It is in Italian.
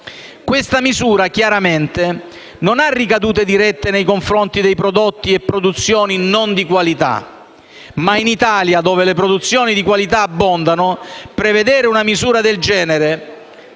Questa misura chiaramente non ha ricadute dirette nei confronti di prodotti e produzioni non di qualità; ma in Italia, dove le produzioni di qualità abbondano, prevedere una misura del genere,